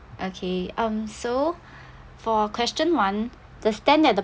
okay um so for question one the stand that the